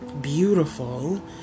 beautiful